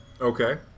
Okay